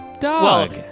dog